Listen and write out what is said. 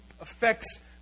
affects